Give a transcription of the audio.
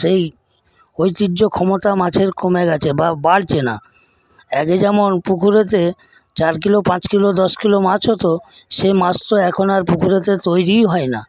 সেই ঐতিহ্য ক্ষমতা মাছের কমে গেছে বা বাড়ছে না আগে যেমন পুকুরেতে চার কিলো পাঁচ কিলো দশ কিলো মাছ হতো সেই মাছ তো এখন আর পুকুরেতে তৈরিই হয়না